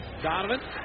Donovan